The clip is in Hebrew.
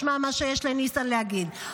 ישמע מה שיש לניסן להגיד,